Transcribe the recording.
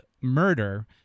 murder